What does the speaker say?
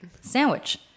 sandwich